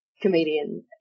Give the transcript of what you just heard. comedian